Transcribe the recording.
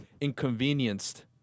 inconvenienced